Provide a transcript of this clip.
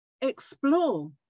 explore